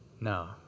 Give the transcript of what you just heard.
No